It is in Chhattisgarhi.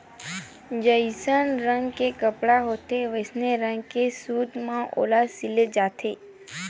जइसन रंग के कपड़ा होथे वइसने रंग के सूत म ओला सिले जाथे